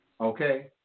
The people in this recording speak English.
Okay